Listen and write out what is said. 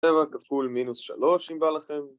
שבע כפול מינוס שלוש אם בא לכם